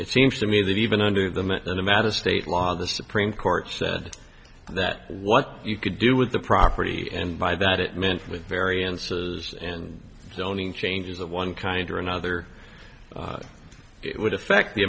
it seems to me that even under them into nevada state law the supreme court said that what you could do with the property and by that it meant with variances and zoning changes of one kind or another it would affect the